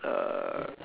uh